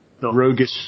Roguish